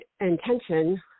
intention